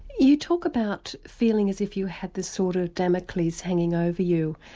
you talk about feeling as if you had the sword of damocles hanging over you,